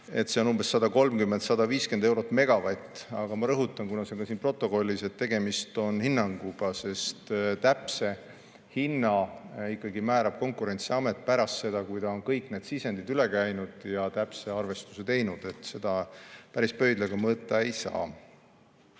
96, on 130–150 eurot megavati kohta. Aga ma rõhutan, kuna see on ka siin protokollis, et tegemist on hinnanguga, sest täpse hinna määrab ikkagi Konkurentsiamet pärast seda, kui ta on kõik need sisendid üle käinud ja täpse arvestuse teinud. Seda päris pöidlaga mõõta ei saa.